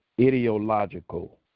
Ideological